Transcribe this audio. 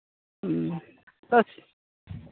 ᱦᱮᱸ